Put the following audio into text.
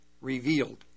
revealed